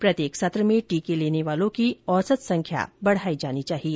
प्रत्येक सत्र में टीके लेने वालों की औसत संख्या बढ़ाई जानी चाहिए